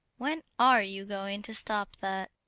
when are you going to stop that?